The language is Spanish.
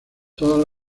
todas